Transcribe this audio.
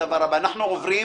אנחנו עוברים